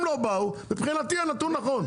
הם לא באו, מבחינתי הנתון נכון.